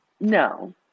No